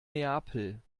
neapel